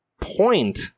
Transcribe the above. point